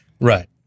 right